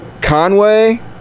Conway